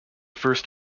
first